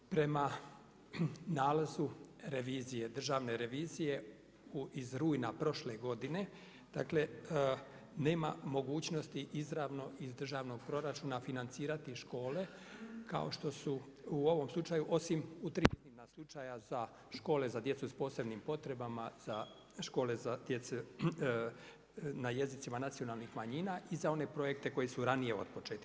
Prema nalazu revizije, Državne revizije iz rujna prošle godine, dakle nema mogućnosti izravno iz državnog proračuna financirati škole kao što su u ovom slučaju osim u tri slučaja za škole za djecu sa posebnim potrebama, za škole za djecu na jezicima nacionalnih manjina i za one projekte koji su ranije otpočeti.